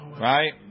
right